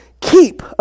keep